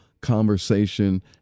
conversation